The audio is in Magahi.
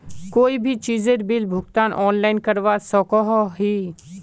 कोई भी चीजेर बिल भुगतान ऑनलाइन करवा सकोहो ही?